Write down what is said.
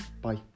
Bye